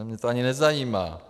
Mě to ani nezajímá.